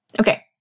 Okay